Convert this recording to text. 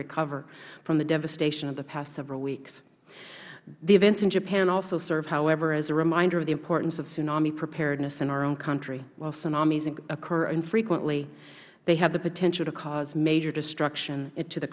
recover from the devastation of the past several weeks the events in japan also serve however as a reminder of the importance of tsunami preparedness in our own country while tsunamis occur infrequently they have the potential to cause major destruction to the